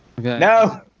No